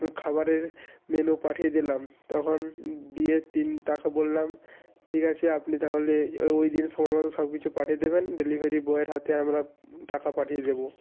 খাবারের মেনু পাঠিয়ে দিলাম তখন দিয়ে তিনি তাকে বললাম ঠিক আছে আপনি তাহলে ওই দিন সময় মতো সব কিছু পাঠিয়ে দেবেন ডেলিভারি বয়ের হাতে আমরা টাকা পাঠিয়ে দেব